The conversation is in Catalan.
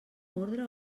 ordre